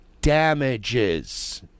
damages